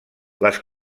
les